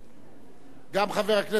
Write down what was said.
גם חבר הכנסת זחאלקה,